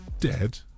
dead